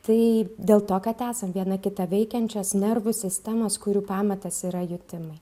tai dėl to kad esam viena kitą veikiančios nervų sistemos kurių pamatas yra jutimai